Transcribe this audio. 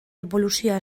eboluzioa